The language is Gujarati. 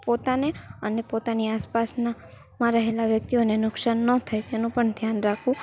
પોતાને અને પોતાની આસપાસનામાં રહેલા વ્યક્તિઓને નુકસાન ન થાય તેનું પણ ધ્યાન રાખવું